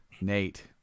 Nate